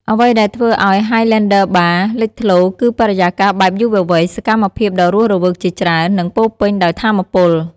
អ្វីដែលធ្វើឱ្យ ហាយឡែនឌឺ បារ (Highlander Bar) លេចធ្លោ គឺបរិយាកាសបែបយុវវ័យ សកម្មភាពដ៏រស់រវើកជាច្រើន និងពោរពេញដោយថាមពល។